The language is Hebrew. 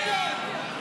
06,